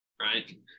right